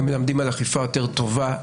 הם מלמדים על אכיפה יותר טובה,